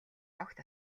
огт